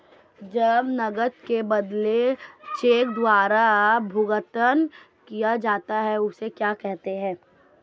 जब नकद के बदले चेक द्वारा भुगतान किया जाता हैं उसे क्या कहते है?